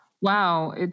Wow